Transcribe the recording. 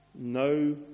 No